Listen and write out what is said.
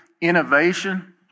innovation